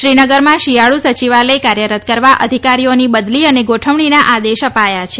શ્રીનગરમાં શિયાળુ સચિવાલય કાર્યરત કરવા અધિકારીઓની બદલી અને ગોઠવણીના આદેશ અપાયા છે